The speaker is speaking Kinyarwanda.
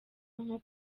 nko